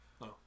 No